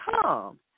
come